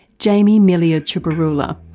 jamie millier tjupurrula.